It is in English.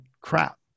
crap